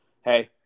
hey